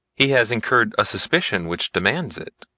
he has incurred a suspicion which demands it.